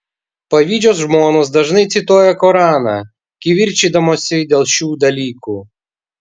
pavydžios žmonos dažnai cituoja koraną kivirčydamosi dėl šių dalykų